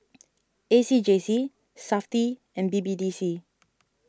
A C J C SAFTI and B B D C